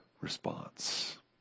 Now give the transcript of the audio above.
response